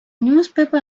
newspaper